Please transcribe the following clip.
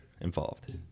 involved